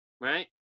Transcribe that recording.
Right